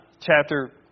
chapter